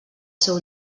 seu